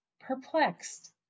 Perplexed